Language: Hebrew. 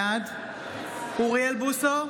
בעד אוריאל בוסו,